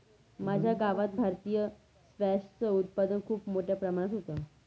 माझ्या गावात भारतीय स्क्वॅश च उत्पादन खूप मोठ्या प्रमाणात होतं